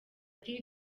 ati